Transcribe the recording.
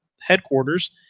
headquarters